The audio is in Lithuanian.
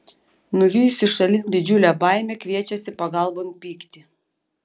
nuvijusi šalin didžiulę baimę kviečiasi pagalbon pyktį